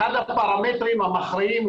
אחד הפרמטרים המכריעים,